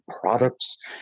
products